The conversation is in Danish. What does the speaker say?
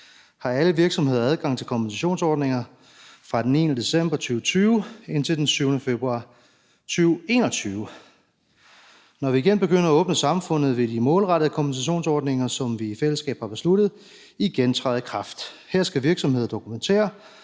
har alle virksomheder adgang til kompensationsordninger fra den 9. december 2020 indtil den 7. februar 2021. Når vi igen begynder at åbne samfundet, vil de målrettede kompensationsordninger, som vi i fællesskab har besluttet, igen træde i kraft. Her skal virksomheder dokumentere,